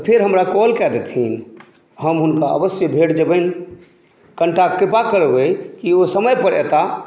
तऽ फेर हमरा कॉल कय देथिन हम हुनका अवश्य भेट जेबनि कनिटा कृपा करबै कि ओ समय पे अओता